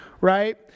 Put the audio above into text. right